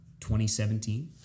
2017